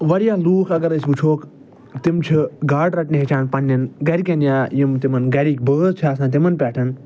وارِیاہ لوٗکھ اگر أسۍ وُچھوکھ تِم چھِ گاڈٕ رٹنہِ ہیٚچھان پنٛنٮ۪ن گرِکٮ۪ن یا یِم تِمن گَرِکۍ بٲژ چھِ آسان تِمن پٮ۪ٹھ